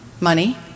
money